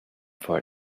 for